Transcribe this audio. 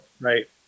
Right